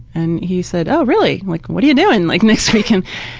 and he said, oh really? like what are you doing like next weekend?